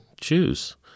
choose